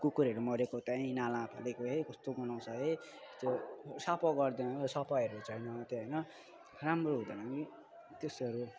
कुकुरहरू मरेको त्यहीँ नालामा फालेको है कस्तो गनाउँछ है त्यो सफा गर्दैन सफाहरू छैन त्यहाँ होइन राम्रो हुँदैन पनि त्यस्तोहरू